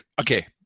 okay